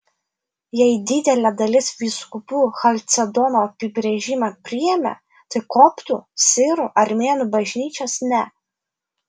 jei didelė dalis vyskupų chalcedono apibrėžimą priėmė tai koptų sirų armėnų bažnyčios ne